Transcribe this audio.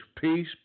peace